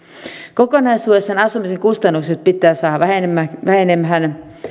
kokonaisuudessaan asumisen kustannukset pitää saada vähenemään vähenemään